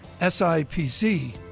SIPC